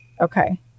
Okay